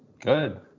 good